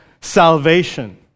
salvation